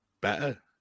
better